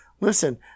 Listen